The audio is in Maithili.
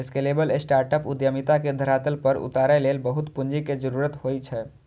स्केलेबल स्टार्टअप उद्यमिता के धरातल पर उतारै लेल बहुत पूंजी के जरूरत होइ छै